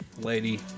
lady